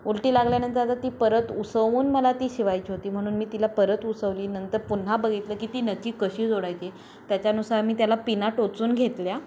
उलटी लागल्यानंतर आता ती परत उसवून मला ती शिवायची होती म्हणून मी तिला परत उसवली नंतर पुन्हा बघितलं की ती नची कशी जोडायची त्याच्यानुसार मी त्याला पिना टोचून घेतल्या